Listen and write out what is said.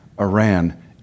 Iran